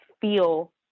feel